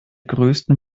größten